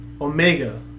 Omega